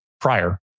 prior